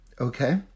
okay